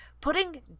putting